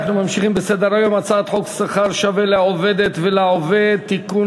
אנחנו ממשיכים בסדר-היום: הצעת חוק שכר שווה לעובדת ולעובד (תיקון,